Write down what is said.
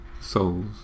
souls